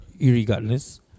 irregardless